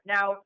Now